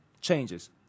changes